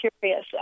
curious